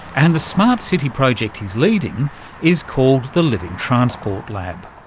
and the smart city project he's leading is called the living transport lab.